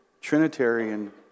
Trinitarian